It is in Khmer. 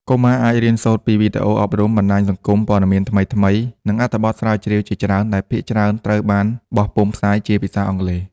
កុមារអាចរៀនសូត្រពីវីដេអូអប់រំ បណ្តាញសង្គម ពត៌មានថ្មីៗ និងអត្ថបទស្រាវជ្រាវជាច្រើនដែលភាគច្រើនត្រូវបានបោះពុម្ពផ្សាយជាភាសាអង់គ្លេស។